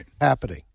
happening